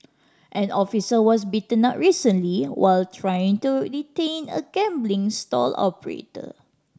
an officer was beaten up recently while trying to detain a gambling stall operator